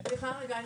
סליחה שנייה,